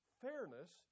fairness